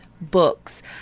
books